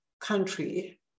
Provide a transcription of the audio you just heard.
country